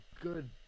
good